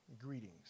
greetings